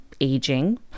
aging